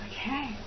Okay